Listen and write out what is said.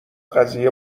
قضیه